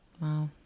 wow